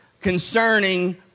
concerning